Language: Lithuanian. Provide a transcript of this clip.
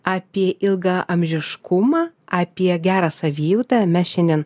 apie ilgaamžiškumą apie gerą savijautą mes šiandien